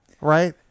Right